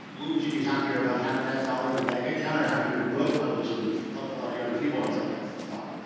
what would you be happier about, having that dollar in the bank account, or having your book published, and helped a lot of young people, and i was like, oh, fuck.